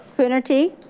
coonerty.